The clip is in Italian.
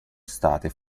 state